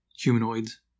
humanoids